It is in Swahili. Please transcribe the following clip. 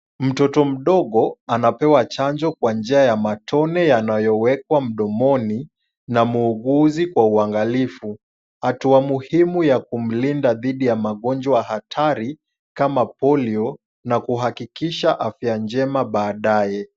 Mtoto mdogo anapewa chanjo kwa njia ya matone yanayowekwa mdomoni na muuguzi kwa uangalivu. Hatua muhimu ya kumlinda dhidi ya magonjwa hatari kama polio na kuhakikisha afya njema baadaye.